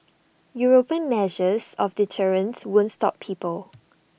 european measures of deterrence won't stop people